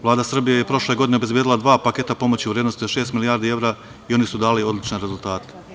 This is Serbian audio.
Vlada Srbije je prošle godine obezbedila dva paketa pomoći u vrednosti od šest milijardi evra i oni su dali odlične rezultate.